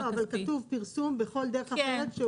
לא אבל כתוב עיצוב בכל דרך אחרת.